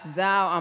thou